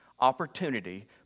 opportunity